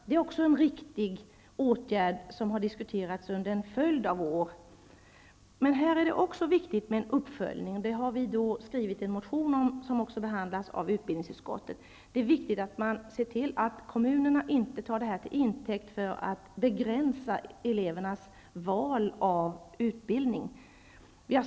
Det är också en riktig åtgärd som har diskuterats under en följd av år. Men också här är det viktigt med uppföljning. Det har vi väckt en motion om, som också har behandlats i utbildningsutskottet. Det är viktigt att man ser till att kommunerna inte tar detta till intäkt för att begränsa elevernas val av utbildning.